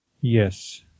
Yes